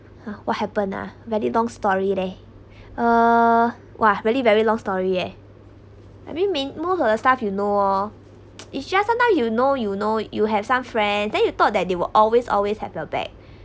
ha what happen ah very long story leh uh !wah! really very long story eh I mean me~ most of her staff you know loh it's just ah now you know you know you have some friends then you thought that they will always always have your back